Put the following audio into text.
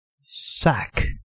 Sack